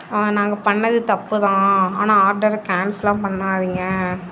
நாங்கள் பண்ணிணது தப்புதான் ஆனால் ஆர்டரை கேன்சலெல்லாம் பண்ணாதீங்க